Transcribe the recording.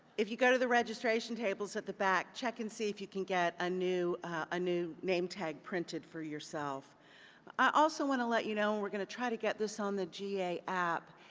if you go to the registration tables at the back, check and see if you can get a new ah new name tag printed for yourself. i also want to let you know, and we're going to try to get this on the ga app,